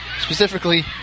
specifically